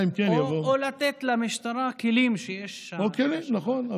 או לתת למשטרה כלים שיש, או כלים, נכון.